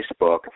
Facebook